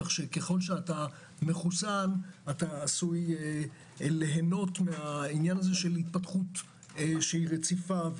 כך שככל שאתה מחוסן אתה עשוי ליהנות מהעניין של התפתחות רציפה.